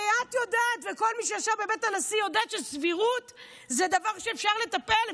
הרי את יודעת וכל מי שישב בבית הנשיא יודע שסבירות זה דבר שאפשר לטפל,